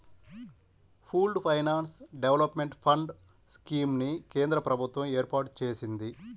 pooled finance development fund scheme ని కేంద్ర ప్రభుత్వం ఏర్పాటు చేసింది